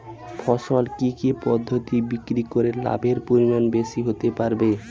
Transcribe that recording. ফসল কি কি পদ্ধতি বিক্রি করে লাভের পরিমাণ বেশি হতে পারবে?